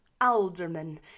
Alderman